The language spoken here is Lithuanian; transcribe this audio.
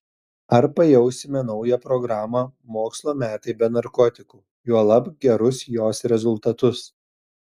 ar pajausime naują programą mokslo metai be narkotikų juolab gerus jos rezultatus